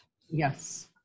Yes